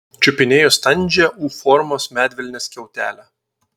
čiupinėjo standžią u formos medvilnės skiautelę